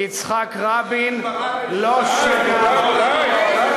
כי יצחק רבין לא, את היום הזה.